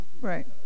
Right